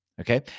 Okay